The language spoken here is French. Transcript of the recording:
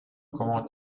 prends